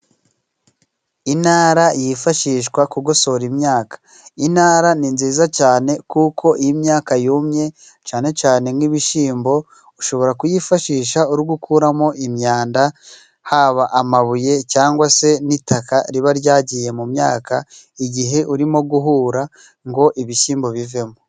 Inara yifashishwa kugosora imyaka. Inara ni nziza cane kuko iyo imyaka yumye cane cane nk'ibishimbo ushobora kuyifashisha uri gukuramo imyanda haba amabuye cyangwa se n'itaka riba ryagiye mu myaka igihe urimo guhura ngo ibishyimbo bivemo.